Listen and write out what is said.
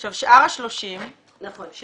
עכשיו, שאר ה-30 שפנו?